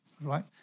right